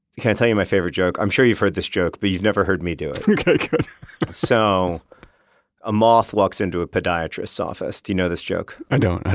can i tell you my favorite joke? i'm sure you've heard this joke but you've never heard me do it okay so a moth walks into a podiatrist's office. do you know this joke? i don't.